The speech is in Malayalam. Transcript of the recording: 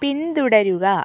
പിന്തുടരുക